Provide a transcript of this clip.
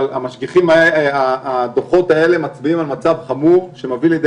אבל הדוחות האלה מצביעים על מצב חמור שמביא לידי